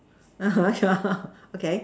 ya okay